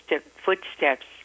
footsteps